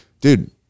dude